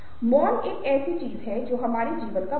और यह एक ऐसी चीज है जिसे हम बहुत बाद में छूएंगे